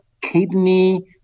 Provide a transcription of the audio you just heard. kidney